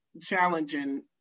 challenging